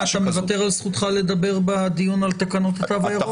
אתה מוותר על זכותך לדבר בדיון על תקנות התו הירוק?